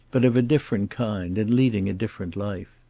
but of a different kind and leading a different life.